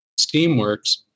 Steamworks